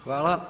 Hvala.